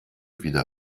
wieder